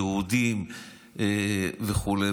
יהודים וכו'.